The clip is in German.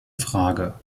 frage